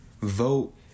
vote